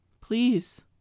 Please